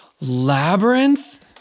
Labyrinth